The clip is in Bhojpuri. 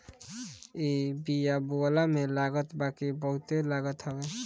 इ बिया बोअला में लागत बाकी बहुते लागत हवे